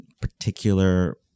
particular